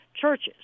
churches